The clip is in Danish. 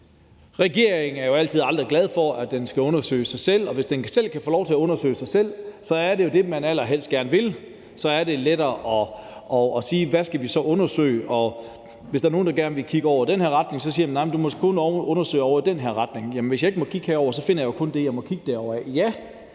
Regeringen er jo aldrig glad for, at den skal undersøge sig selv, og hvis den selv kan få lov til at undersøge sig selv, er det det, den allerhelst gerne vil. Så er det lettere at sige, hvad der så skal undersøges, og hvis der er nogen, der gerne vil kigge i den her retning, siger man, at der kun må undersøges noget ovre i den anden retning. Men hvis ikke jeg må kigge herovre, finder jeg jo ikke noget, er svaret så til det. Ja,